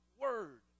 word